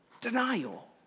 denial